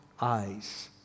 eyes